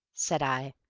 said i.